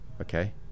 okay